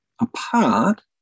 apart